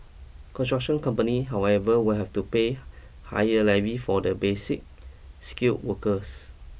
construction company however will have to pay higher levy for the Basic Skill workers